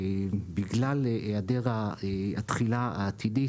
בגלל היעדר התחילה העתידית,